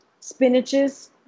Spinaches